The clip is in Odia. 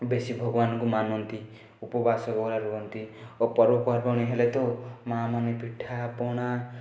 ବେଶୀ ଭଗବାନଙ୍କୁ ମାନନ୍ତି ଉପବାସ ରୁହା ରୁହନ୍ତି ଓ ପର୍ବପର୍ବାଣି ହେଲେ ତୋ ମା' ମାନେ ପିଠାପଣା